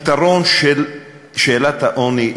הפתרון של שאלת העוני,